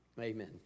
Amen